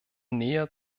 nähe